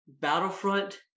Battlefront